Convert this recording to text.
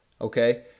okay